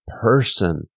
person